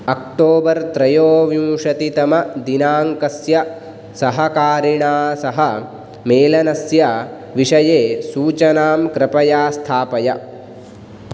October त्रयोविंशतितमदिनाङ्कस्य सहकारिणा सह मेलनस्य विषये सूचनां कृपया स्थापय